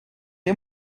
نوع